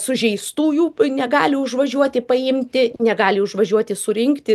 sužeistųjų negali užvažiuoti paimti negali užvažiuoti surinkti